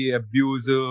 abuse